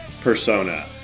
persona